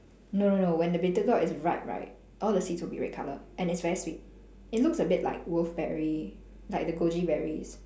no no no when the bitter gourd is ripe right all the seeds will be red colour and it's very sweet it looks a bit like wolfberry like the goji berries